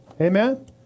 Amen